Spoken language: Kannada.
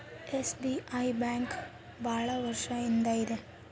ಎಸ್.ಬಿ.ಐ ಬ್ಯಾಂಕ್ ಭಾಳ ವರ್ಷ ಇಂದ ಇದೆ